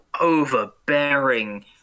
overbearing